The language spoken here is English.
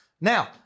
Now